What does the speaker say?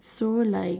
so like